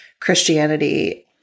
Christianity